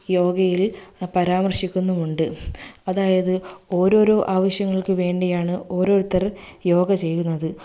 യോഗയിൽ പരാമർശിക്കുന്നുമുണ്ട് അതായത് ഓരോരോ ആവശ്യങ്ങൾക്ക് വേണ്ടിയാണ് ഓരോരുത്തർ യോഗ ചെയ്യുന്നത്